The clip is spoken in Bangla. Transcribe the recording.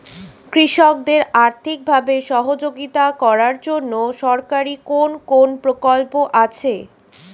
কৃষকদের আর্থিকভাবে সহযোগিতা করার জন্য সরকারি কোন কোন প্রকল্প আছে?